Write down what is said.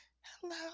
hello